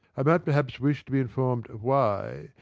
i might perhaps wish to be informed why,